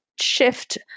shift